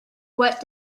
what